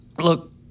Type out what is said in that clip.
Look